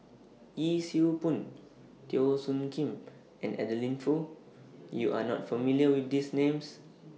Yee Siew Pun Teo Soon Kim and Adeline Foo YOU Are not familiar with These Names